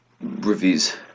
reviews